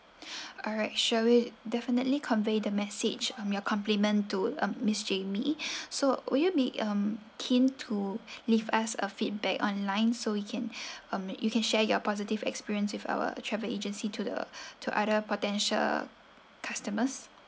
alright sure we'll definitely convey the message um your compliment to um miss jamie so would you be um keen to leave us a feedback online so you can um you can share your positive experience with our travel agency to the to other potential customers